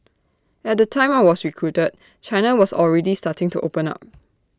at the time I was recruited China was already starting to open up